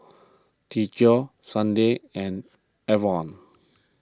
Teddie Sunday and Evon